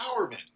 empowerment